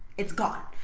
it's gone.